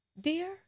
Dear